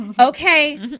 Okay